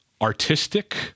artistic